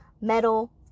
metal